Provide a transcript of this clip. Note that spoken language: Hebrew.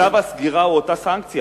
צו הסגירה הוא אותה סנקציה.